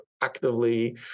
actively